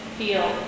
feel